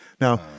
Now